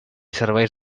serveis